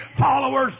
Followers